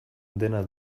dena